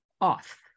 off